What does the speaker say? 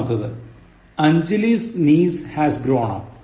മൂന്നാമത്തേത് Anjali's niece has grown up